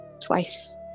twice